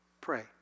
Pray